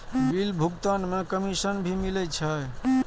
Bill भुगतान में commission भी मिले छै?